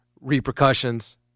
repercussions—